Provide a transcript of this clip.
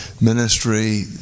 ministry